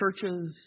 churches